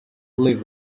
live